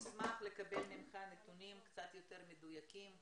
אני אשמח לקבל ממך נתונים קצת יותר מדויקים.